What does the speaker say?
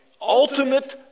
ultimate